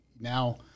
Now